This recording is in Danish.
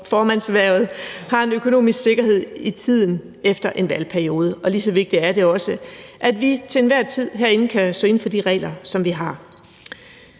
har en økonomisk sikkerhed i tiden efter en valgperiode. Lige så vigtigt er det også, at vi til enhver tid herinde kan stå inde for de regler, som vi har.